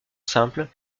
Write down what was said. simple